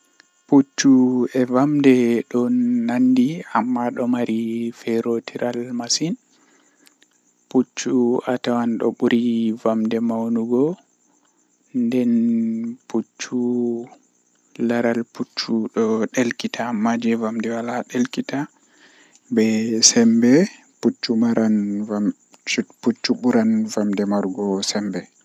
Mi fuɗɗiran be emugo ɗume innɗe maɓɓe to oyecci am innɗe mako sei mi yecca mo innɗe am, Minbo tomi yeccimo innɗe am sei min fudda yewtugo ha totton mi yecca egaa hami woni mi emamo kanko bo haatoi owoni ɗume o ɓurɗaa yiɗuki mi yecca mo komi ɓurɗaa yiɗuki ngewta mai juuta